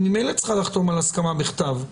היא ממילא צריכה לחתום על הסכמה בכתב.